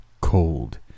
cold